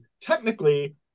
technically